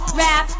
rap